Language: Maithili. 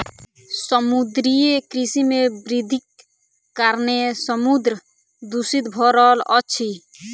समुद्रीय कृषि मे वृद्धिक कारणेँ समुद्र दूषित भ रहल अछि